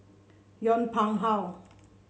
Yong Pung How